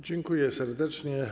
Dziękuję serdecznie.